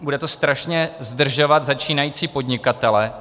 Bude to strašně zdržovat začínající podnikatele.